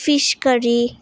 ফিছকাৰী